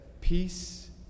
peace